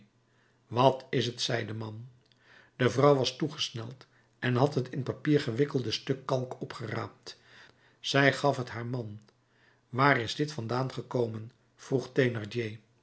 wat is t zei de man de vrouw was toegesneld en had het in t papier gewikkelde stuk kalk opgeraapt zij gaf het haar man waar is dit vandaan gekomen vroeg